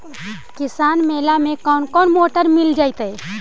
किसान मेला में कोन कोन मोटर मिल जैतै?